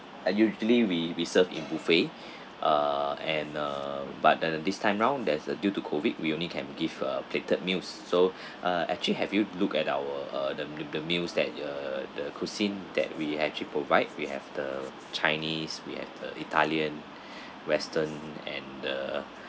usually we we serve in buffet uh and uh but at this time around there's a due to COVID we only can give a plated meals so uh actually have you looked at our the the the meals that uh the cuisine that we actually provide we have the chinese we have the italian western and the